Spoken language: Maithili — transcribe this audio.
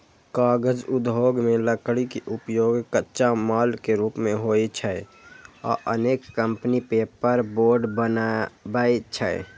कागज उद्योग मे लकड़ी के उपयोग कच्चा माल के रूप मे होइ छै आ अनेक कंपनी पेपरबोर्ड बनबै छै